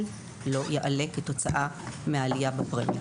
על ההורים לא יעלה כתוצאה מעליית הפרמיה.